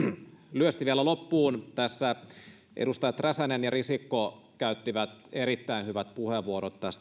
lyhyesti vielä loppuun tässä edustajat räsänen ja risikko käyttivät erittäin hyvät puheenvuorot